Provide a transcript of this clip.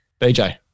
BJ